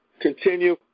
Continue